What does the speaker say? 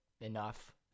enough